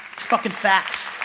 it's fucking fast